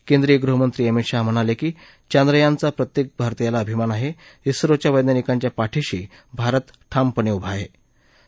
केंद्रिय गृहमंत्री अमित शहा म्हणाले की चांद्रयान चा प्रत्येक भारतीयाला अभिमान आहे झिोच्या वैज्ञानिकांच्या पाठीशी भारत ठामपणे उभा आहे असं ते म्हणाले